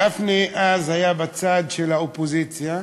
גפני אז היה בצד של האופוזיציה,